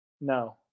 No